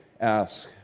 ask